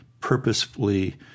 purposefully